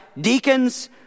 deacons